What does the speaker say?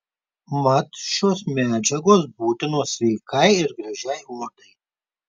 mat šios medžiagos būtinos sveikai ir gražiai odai